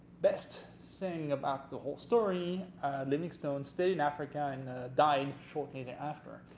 best thing about the whole story livingstone stayed in africa and died shortly thereafter,